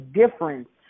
difference